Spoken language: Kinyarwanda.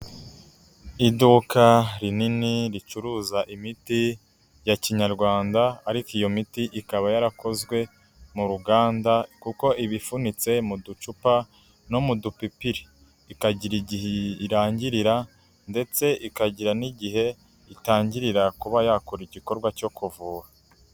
Iduka rinini ricuruza imiti ya kinyarwanda ariko iyo miti ikaba yarakozwe mu ruganda, kuko iba ifunitse mu ducupa no mu dupipiri, ikagira igihe irangirira ndetse ikagira n'igihe itangirira kuba yakora igikorwa cyo kuvura.